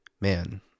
man